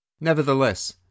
Nevertheless